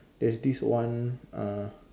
there's this one uh